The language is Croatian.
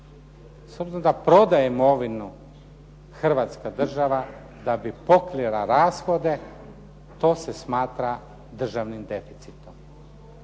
da prodaje imovinu Hrvatska država da bi pokrila rashode to se smatra državnim deficitom.